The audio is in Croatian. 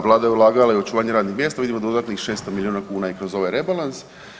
Da, vlada je ulagala i u očuvanje radnih mjesta, vidimo dodatnih 600 milijuna kuna i kroz ovaj rebalans.